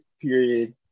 period